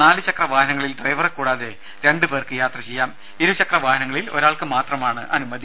നാലു ചക്ര വാഹനങ്ങളിൽ ഡ്രൈവറെ കൂടാതെ രണ്ടു പേർക്ക് യാത്ര ചെയ്യാം ഇരുചക്ര വാഹനങ്ങളിൽ ഒരാൾക്ക് മാത്രമാണ് അനുമതി